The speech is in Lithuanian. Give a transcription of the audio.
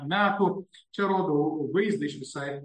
metų čia rodau vaizdą iš visai ne